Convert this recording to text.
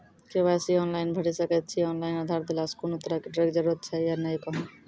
KYC online भैरि सकैत छी, ऑनलाइन आधार देलासॅ कुनू तरहक डरैक जरूरत छै या नै कहू?